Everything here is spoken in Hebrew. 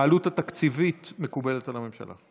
העלות התקציבית מקובלת על הממשלה.